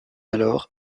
alors